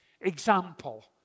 example